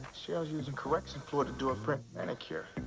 cheryl's using correction fluid to do a french manicure.